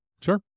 Sure